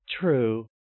True